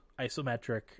isometric